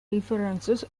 references